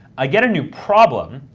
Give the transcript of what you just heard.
i get a new problem,